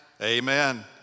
Amen